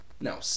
No